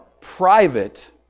private